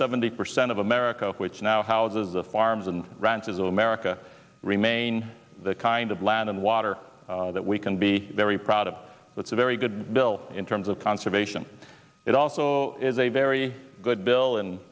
seventy percent of america which now houses the farms and ranches of america remain the kind of land and water that we can be very proud of that's a very good bill in terms of conservation it also is a very good bill and